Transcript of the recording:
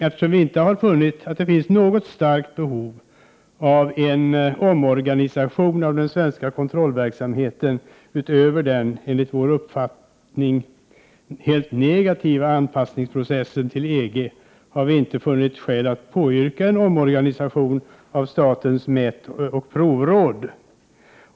Eftersom vi inte har funnit att det finns något starkt behov av en omorganisation av den svenska kontrollverksamheten utöver den, enligt vår uppfattning, helt negativa anpassningsprocessen till EG, har vi inte funnit något skäl att påyrka en omorganisation av statens mätoch provråd.